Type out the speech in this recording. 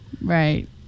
Right